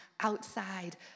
outside